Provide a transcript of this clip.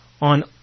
on